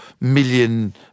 million